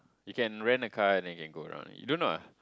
you can rent a car and then you can go around in it you don't know ah